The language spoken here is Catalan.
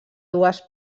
dues